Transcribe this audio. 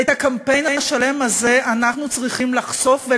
ואת הקמפיין השלם הזה אנחנו צריכים לחשוף,